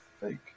fake